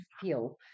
feel